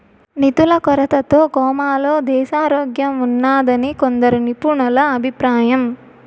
నిధుల కొరతతో కోమాలో దేశారోగ్యంఉన్నాదని కొందరు నిపుణుల అభిప్రాయం